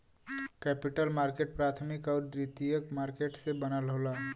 capital market प्राथमिक आउर द्वितीयक मार्केट से बनल होला